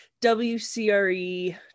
WCRE